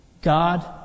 God